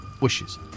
wishes